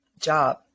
job